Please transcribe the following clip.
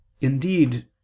Indeed